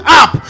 up